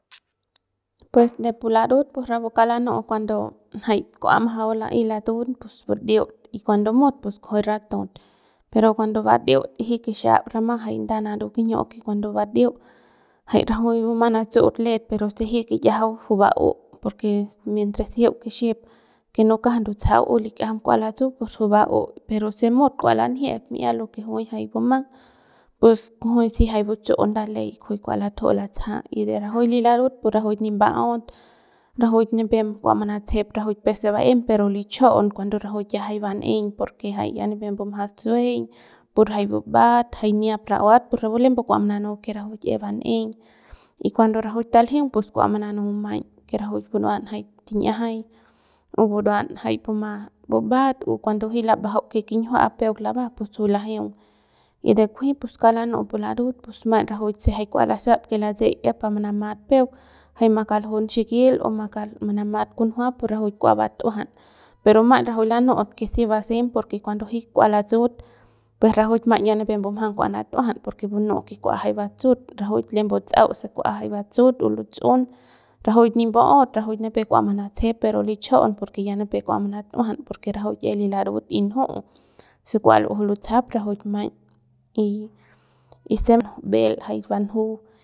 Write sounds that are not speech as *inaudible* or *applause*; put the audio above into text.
Pues de pu larut kauk lanu'u jay cuando kua majau la'ey latun pus badiut y cuando mut pus kujui ratu'ut pero cuando badiut y jiuk kixiap rama jay nda naru que kiñiu que cuando badiut jay rajui bumang natsu'ut l'et per si jiuk kiyiajau juy ba'u porque mientas jiuk kixip que no kja ndutsajau likiajam kua latsu pus juy bau pero si mut kua lanjiep mi'ia lo que juy jay bumang pus kujuy si jay butsu'u nda le y kujuy kua latuju'u latsaja y de najuy li larut pu rajuik nip mba'aut rajuik nipep kua manatsejep rajuik peuk se ba'em pero lichajaun cuando rajuik ya jay ba'eiñ porque ya jay nipep mbumjang sujueiñ pur jay buba'at jay niap ra'uat pus rapu lem kua mananut que rajuik es ban'eiñ y cuando rajuik taljeung pus kua mananu que buruan jay tin'iajay o buruan jay puma bubat o cuando jiuk labajauk que kinjia peuk lava pus juy lajeung y de kujuy pus kauk lanu'ut pu larut maiñ rajuik se kua lasap que latse'eik es pa manamat peuk jay ma kaljun xikil o mana ka manamat kunjua pu rajuik *noise* kua bat'uajan *noise* pero maiñ rajuik lanu'ut que si basem porque cuando jiuk kua latsu'ut pus rajuik ya maiñ nipep mbumjang kua natuajan porque rajuik nju'u kua jay butsu'ut y rajuik maiñ tsa'au se kua jay batsu'ut o lutsu'un rajuik nip mba'aut rajuik nipep kua manatsejep pero lichajaun porque ya nipep kua manat'ujana porque rajuik es li larut y nju'u se kua lujux lutsajap rajuik maiñ *noise* y se mbe'el jay banju.